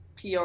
PR